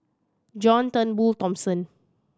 John Turnbull Thomson